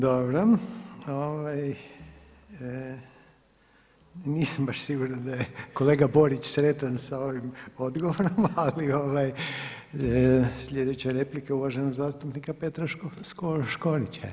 Dobro, nisam baš siguran da je kolega Borić sretan sa ovim odgovorom ali sljedeća replika je uvaženog zastupnika Petra Škorića.